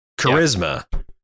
charisma